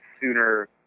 sooner